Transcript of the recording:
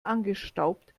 angestaubt